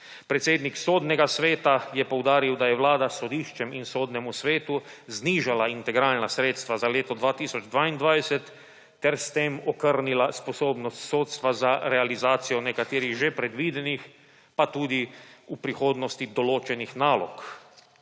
Predsednik Sodnega sveta je poudaril, da je Vlada sodiščem in Sodnemu svetu znižala integralna sredstva za leto 2022 ter s tem okrnila sposobnost sodstva za realizacijo nekaterih že predvidenih, pa tudi v prihodnosti določenih nalog.